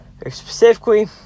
Specifically